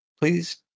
Please